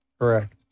Correct